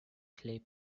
clay